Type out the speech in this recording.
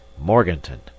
Morganton